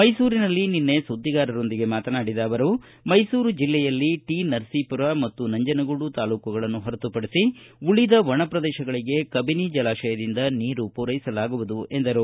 ಮೈಸೂರಿನಲ್ಲಿ ನಿನ್ನೆ ಸುದ್ವಿಗಾರರೊಂದಿಗೆ ಮಾತನಾಡಿದ ಅವರು ಮೈಸೂರು ಜಿಲ್ಲೆಯಲ್ಲಿ ಟಿನರಸೀಪುರ ಮತ್ತು ನಂಜನಗೂಡು ತಾಲ್ಲೂಕುಗಳನ್ನು ಹೊರತುಪಡಿಸಿ ಉಳಿದ ಒಣಪ್ರದೇಶಗಳಿಗೆ ಕಬಿನಿ ಜಲಾಶಯದಿಂದ ನೀರು ಪೂರೈಸಲಾಗುವುದು ಎಂದರು